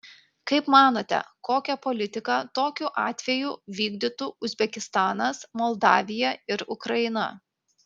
kaip manote kokią politiką tokiu atveju vykdytų uzbekistanas moldavija ir ukraina